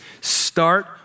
start